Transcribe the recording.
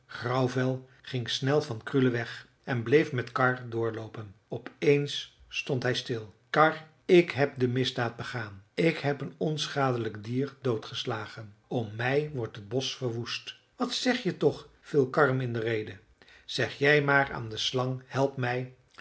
grauwvel ging snel van krule weg en bleef met karr doorloopen opeens stond hij stil karr ik heb de misdaad begaan ik heb een onschadelijk dier doodgeslagen om mij wordt het bosch verwoest wat zeg je toch viel karr hem in de rede zeg jij maar aan de slang helpmij